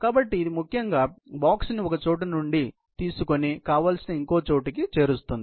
కాబట్టి ఇది ముఖ్యంగా పెట్టెను ఒక చోటనుండి తీసుకోని కావాల్సిన ఇంకొక చోటుకి చేరుస్తుంది